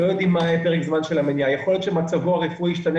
לא יודעים מה יהיה פרק זמן של המניע; יכול להיות שמצבו הרפואי ישתנה